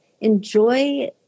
Enjoy